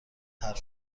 حرف